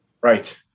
Right